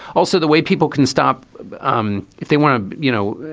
also, the way people can stop um if they want to, you know,